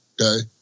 Okay